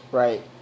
right